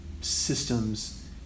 systems